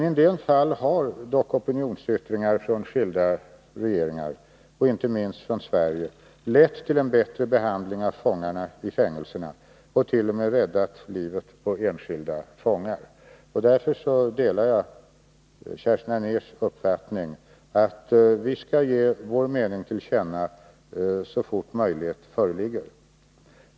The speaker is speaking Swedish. I en del fall har dock opinionsyttringar från skilda regeringar — inte minst från Sverige — lett till en bättre behandling av fångarna i fängelserna och t.o.m. räddat livet på enskilda fångar. Därför delar jag Kerstin Anérs uppfattning att vi skall ge vår mening till känna så fort möjlighet föreligger.